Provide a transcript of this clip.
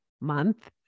month